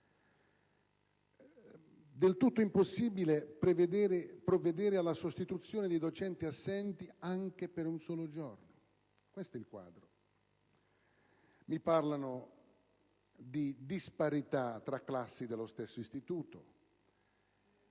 del tutto impossibile provvedere alla sostituzione dei docenti assenti anche per un solo giorno. Questo è il quadro. Mi parlano di disparità tra classi dello stesso istituto.